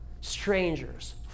strangers